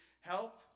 help